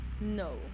No